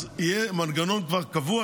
יהיה כבר מנגנון קבוע,